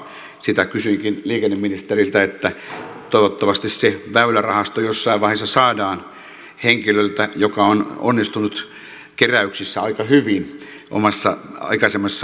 sitä kysyinkin liikenneministeriltä että toivottavasti se väylärahasto jossain vaiheessa saadaan henkilöltä joka on onnistunut keräyksissä aika hyvin omassa aikaisemmassa toiminnassaan